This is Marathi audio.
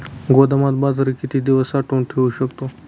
गोदामात बाजरी किती दिवस साठवून ठेवू शकतो?